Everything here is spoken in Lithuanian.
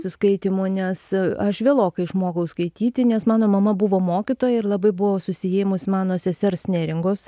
su skaitymu nes aš vėlokai išmokau skaityti nes mano mama buvo mokytoja ir labai buvo susiėmus mano sesers neringos